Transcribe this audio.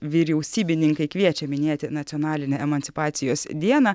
vyriausybininkai kviečia minėti nacionalinę emancipacijos dieną